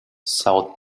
sell